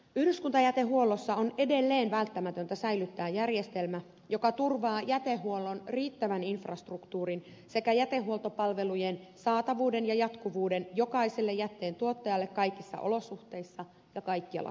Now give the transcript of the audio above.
yhdyskuntajätehuollossa on edelleen välttämätöntä säilyttää järjestelmä joka turvaa jätehuollon riittävän infrastruktuurin sekä jätehuoltopalvelujen saatavuuden ja jatkuvuuden jokaiselle jätteen tuottajalle kaikissa olosuhteissa ja kaikkialla suomessa